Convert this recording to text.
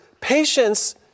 patience